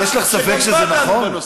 יש לך ספק שזה נכון?